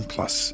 Plus